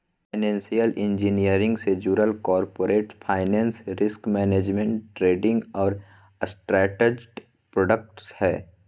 financial engineering से जुडल corporate finance, risk management, trading और स्ट्रक्चर्ड प्रॉडक्ट्स हय